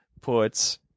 puts